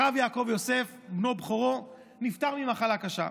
הרב יעקב יוסף, בנו בכורו, נפטר ממחלה קשה.